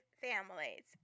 families